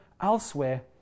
elsewhere